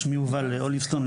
שמי יובל אוליבסטון,